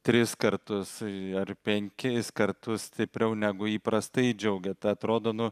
tris kartus ar penkis kartus stipriau negu įprastai džiaugiat atrodo nu